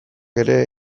ere